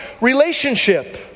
relationship